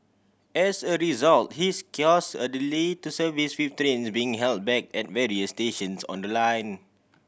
as a result this cause a delay to service with trains being held back at various stations on the line